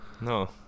no